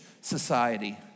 society